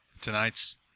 Tonight's